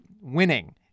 winning